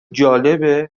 جالبه